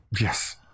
Yes